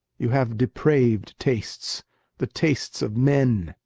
you have depraved tastes the tastes of men.